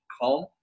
home